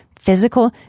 Physical